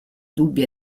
dubbia